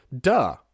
duh